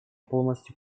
полностью